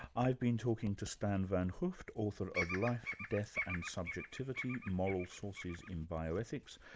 i've been talking to stan van hooft, author of life, death and subjectivity moral sources in bioethics,